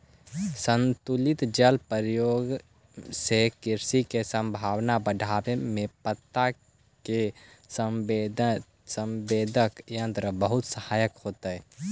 संतुलित जल प्रयोग से कृषि के संभावना बढ़ावे में पत्ता के संवेदक यंत्र बहुत सहायक होतई